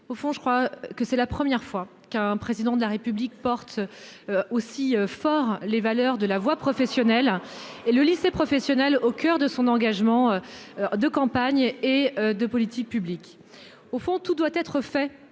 au fond, je crois que c'est la première fois qu'un président de la République porte aussi fort les valeurs de la voie professionnelle et le lycée professionnel au coeur de son engagement de campagne et de politique publique, au fond, tout doit être fait